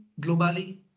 globally